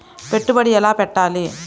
పెట్టుబడి ఎలా పెట్టాలి?